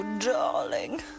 darling